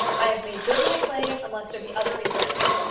i have made good my claim, unless there be other reasons.